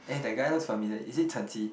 eh that guy looks familiar is it Chen-Ji